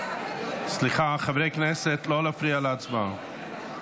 סליחה, חברי הכנסת, לא להפריע להצבעה.